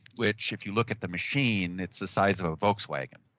which if you look at the machine it's the size of a volkswagen,